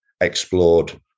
explored